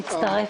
מצטרפת.